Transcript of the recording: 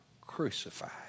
crucified